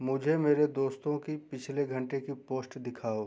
मुझे मेरे दोस्तों कि पिछले घंटे की पोस्ट दिखाओ